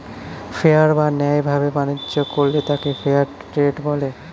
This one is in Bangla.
ফেয়ার বা ন্যায় ভাবে বাণিজ্য করলে তাকে ফেয়ার ট্রেড বলে